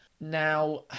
Now